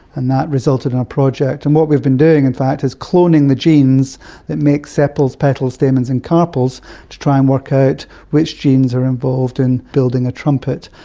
and that resulted in our project. and what we've been doing in fact is cloning the genes that make sepals, petals, stamens and carpels to try and work out which genes are involved in building a trumpet.